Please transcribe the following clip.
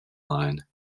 line